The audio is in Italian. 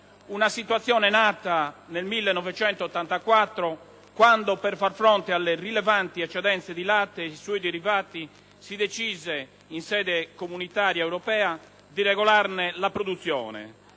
Una situazione nata nel 1984, quando, per far fronte alle rilevanti eccedenze di latte e suoi derivati si decise, in sede di Comunità europea, di regolarne la produzione,